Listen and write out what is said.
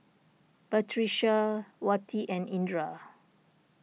Batrisya Wati and Indra